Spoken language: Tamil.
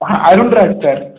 அருள் ராஜ் சார்